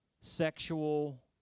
sexual